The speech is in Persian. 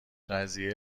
قضیه